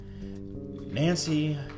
Nancy